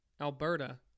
Alberta